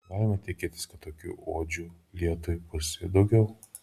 galima tikėtis kad tokių odžių lietui bus ir daugiau